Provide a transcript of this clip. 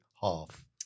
half